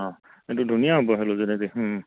অঁ এইটো ধুনীয়া হ'ব হেল'জেনেদি